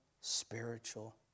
spiritual